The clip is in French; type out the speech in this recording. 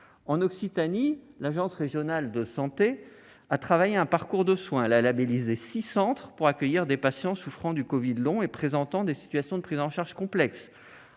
en Occitanie, l'agence régionale de santé a travaillé à un parcours de soins et labellisé six centres pour accueillir des patients souffrant de covid long et présentant des situations de prise en charge complexes.